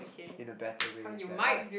in a better way is at like